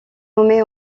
nommée